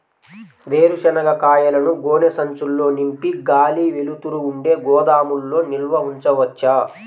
వేరుశనగ కాయలను గోనె సంచుల్లో నింపి గాలి, వెలుతురు ఉండే గోదాముల్లో నిల్వ ఉంచవచ్చా?